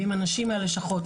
ועם אנשים בלשכות,